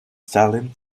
stalin